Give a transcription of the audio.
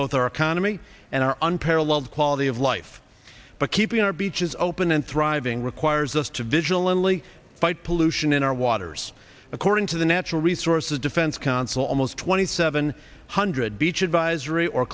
both our economy and our unparalleled quality of life but keeping our beaches open and thriving requires us to vigilantly fight pollution in our waters according to the natural resources defense council almost twenty seven hundred beach advisory or